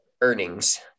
earnings